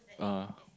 ah